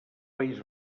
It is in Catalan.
país